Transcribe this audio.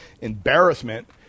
embarrassment